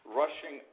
rushing